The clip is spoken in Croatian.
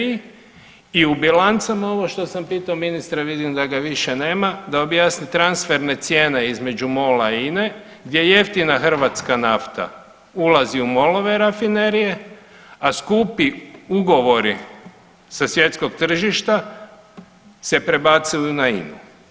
I u bilancama ovo što sam pitao ministre, vidim da ga više nema da objasni transferne cijene između MOL-a i INA-e gdje jeftina hrvatska nafta ulazi u MOL-ove rafinerije, a skupi ugovori sa svjetskog tržišta se prebacuju na INA-u.